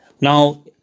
Now